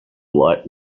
light